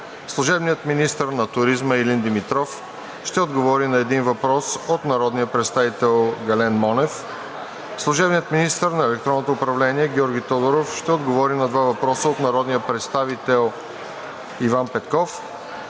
служебният министър на туризма Илин Димитров ще отговори на един въпрос от народния представител Гален Монев; - служебният министър на електронното управление Георги Тодоров ще отговори на два въпроса от народния представител Иван Петков;